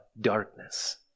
darkness